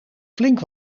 flink